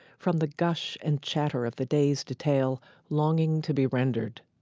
from the gush and chatter of the day's detail longing to be rendered